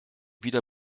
wieder